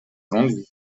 vendu